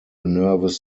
nervous